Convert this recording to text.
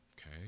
Okay